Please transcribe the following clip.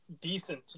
decent